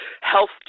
health